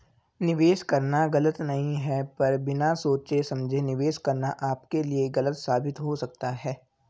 निवेश करना गलत नहीं है पर बिना सोचे समझे निवेश करना आपके लिए गलत साबित हो सकता है